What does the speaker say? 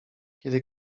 kiedy